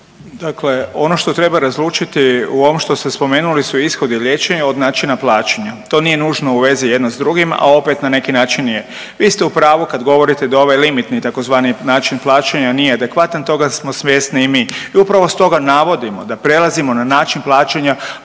Tako je. Ono što treba razlučiti u ovome što ste spomenuli su ishodi liječenja od načina plaćanja. To nije u nužno u vezi jedno s drugim, a opet na neki način je. Vi ste u pravu kada govorite da ovaj limitni tzv. način plaćanja nije adekvatan. Toga smo svjesni i mi i upravo stoga navodimo da prelazimo na način plaćanja